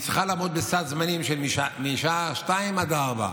והיא צריכה לעמוד בסד זמנים, משעה 14:00 עד 16:00,